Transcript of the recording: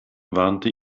warnte